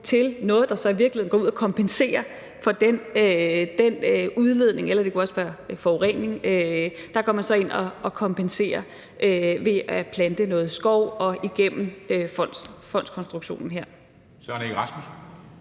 til noget, der i virkeligheden går ud og kompenserer for den udledning, eller det kunne også være forurening – at man så går ind dér og kompenserer ved at plante noget skov igennem fondskonstruktionen her. Kl. 11:48 Formanden